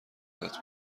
بود